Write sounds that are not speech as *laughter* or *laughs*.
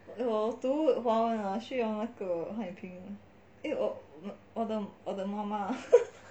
我读华文需要汉语拼音的我的妈妈 *laughs*